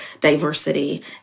diversity